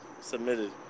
submitted